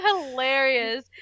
hilarious